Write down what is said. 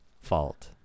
fault